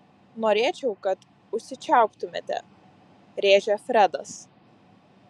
norėčiau kad užsičiauptumėte rėžia fredas